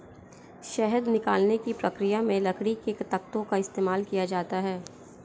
शहद निकालने की प्रक्रिया में लकड़ी के तख्तों का इस्तेमाल किया जाता है